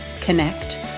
Connect